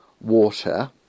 water